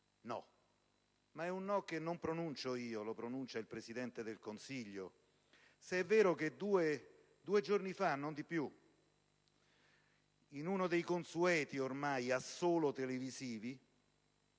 No. Ma è un no che non pronuncio io, lo pronuncia il Presidente del Consiglio, se è vero che due giorni fa, in uno dei suoi ormai consueti assolo televisivi